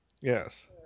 Yes